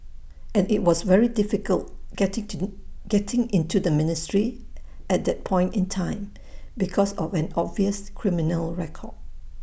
and IT was very difficult getting into getting into the ministry at that point in time because of an obvious criminal record